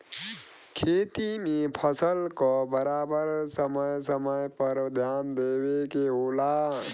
खेती में फसल क बराबर समय समय पर ध्यान देवे के होला